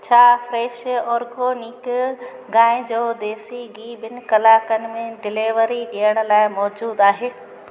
छा fresh organic गांइ जो देसी घी ॿिनि कलाकनि में डिलेवरी ॾियण लाइ मौजूदु आहे